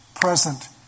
present